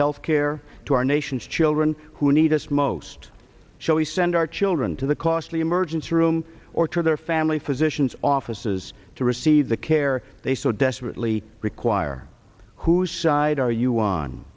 health care to our nation's children who need us most shall we send our children to the costly emergency room or to their family physicians offices to receive the care they so desperately require whose side are you on